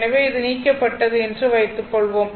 எனவே இது நீக்கப்பட்டது என்று வைத்துக்கொள்வோம்